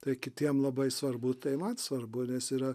tai kitiem labai svarbu tai man svarbu nes yra